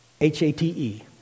H-A-T-E